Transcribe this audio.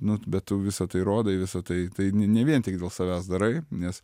nu bet tu visa tai rodai visą tai tai ne ne vien tik dėl savęs darai nes